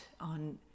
on